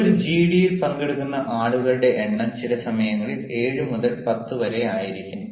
ഒരു ജിഡിയിൽ പങ്കെടുക്കുന്ന ആളുകളുടെ എണ്ണം ചില സമയങ്ങളിൽ 7 മുതൽ 10 വരെ ആയിരിക്കാം